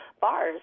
bars